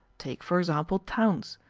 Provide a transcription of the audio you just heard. take, for example, towns.